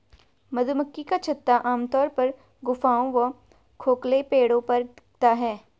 मधुमक्खी का छत्ता आमतौर पर गुफाओं व खोखले पेड़ों पर दिखता है